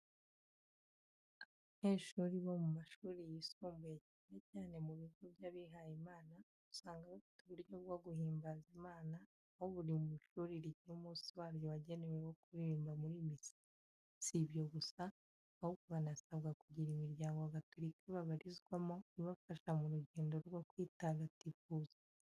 Abanyeshuri bo mu mashuri yisumbuye, cyane cyane mu bigo by’abihaye Imana, usanga bafite uburyo bwo guhimbaza Imana, aho buri shuri rigira umunsi waryo wagenwe wo kuririmba muri misa. Si ibyo gusa, ahubwo banasabwa kugira imiryango ya Gatulika babarizwamo, ibafasha mu rugendo rwo kwitagatifuza.